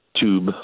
Tube